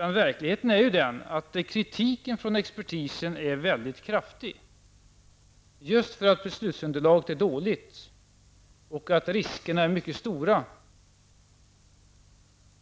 I själva verket är kritiken från expertisen väldigt kraftig därför att beslutsunderlaget är dåligt och riskerna mycket stora.